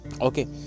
okay